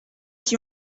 qui